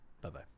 bye-bye